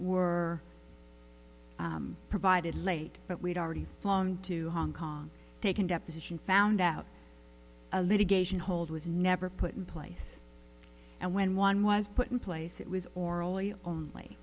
were provided late but we'd already gone to hong kong taken deposition found out a litigation hold with never put in place and when one was put in place it was orally only